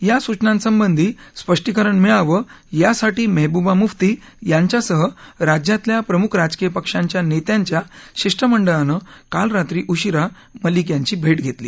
या सूचनांसंबंधी स्पष्टीकरण मिळावं यासाठी मेहबुबा मुफ्ती यांच्यासह राज्यातल्या प्रमुख राजकीय पक्षांच्या नेत्यांच्या शिष्टमंडळानं काल रात्री उशीरा मलिक यांची भेट घेतली